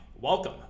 welcome